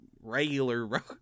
regular